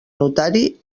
notari